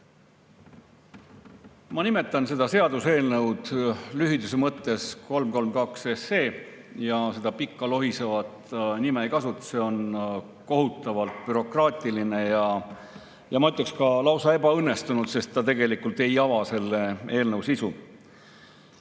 Ma nimetan seda seaduseelnõu lühiduse mõttes nimega 332 SE ja seda pikka lohisevat nime ei kasuta, see on kohutavalt bürokraatlik ja ma ütleksin, lausa ebaõnnestunud, sest see tegelikult ei ava eelnõu sisu. Ma